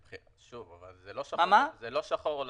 זה לא שחור ולבן.